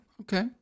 okay